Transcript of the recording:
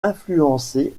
influencer